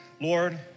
Lord